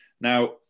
Now